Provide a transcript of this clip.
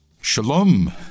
Shalom